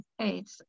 eight